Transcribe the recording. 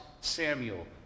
Samuel